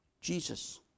Jesus